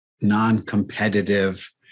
non-competitive